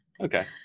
okay